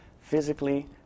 physically